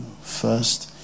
first